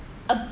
a